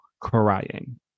crying